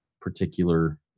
particular